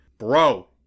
Bro